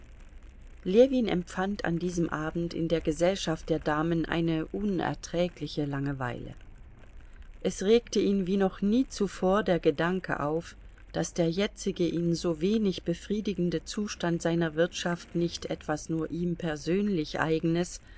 ljewin empfand an diesem abend in der gesellschaft der damen eine unerträgliche langeweile es regte ihn wie noch nie zuvor der gedanke auf daß der jetzige ihn so wenig befriedigende zustand seiner wirtschaft nicht etwas nur ihm persönlich eigenes